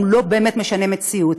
הם לא באמת משני מציאות.